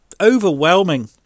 overwhelming